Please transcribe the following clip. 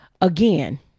again